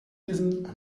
wissen